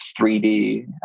3D